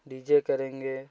D J करेंगे